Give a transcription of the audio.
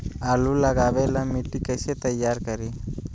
आलु लगावे ला मिट्टी कैसे तैयार करी?